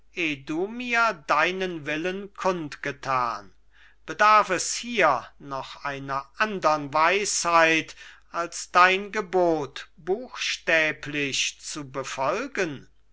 du mir deinen willen kundgetan bedarf es hier noch einer andern weisheit als dein gebot buchstäblich zu befolgen